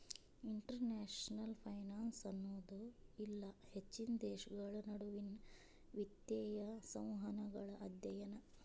international finance ಅನ್ನೋದು ಇಲ್ಲಾ ಹೆಚ್ಚಿನ ದೇಶಗಳ ನಡುವಿನ್ ವಿತ್ತೇಯ ಸಂವಹನಗಳ ಅಧ್ಯಯನ